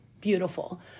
beautiful